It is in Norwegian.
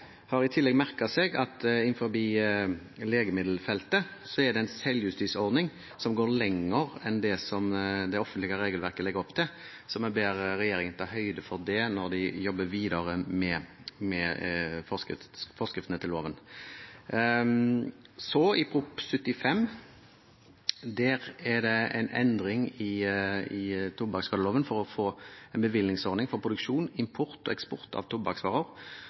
har i tillegg merket seg at innenfor legemiddelfeltet er det en selvjustisordning som går lenger enn det som det offentlige regelverket legger opp til. Så vi ber regjeringen ta høyde for det når man jobber videre med forskriftene til loven. Prop. 75 L gjelder en endring i tobakksskadeloven for å få en bevillingsordning for produksjon, import og eksport av tobakksvarer.